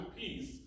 peace